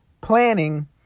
planning